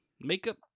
makeup